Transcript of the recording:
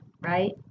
right